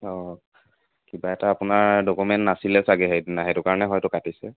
অঁ কিবা এটা আপোনাৰ ডকুমেন্ট নাছিলে চাগৈ সেইদিনা সেইটো কাৰণে হয়তো কাটিছে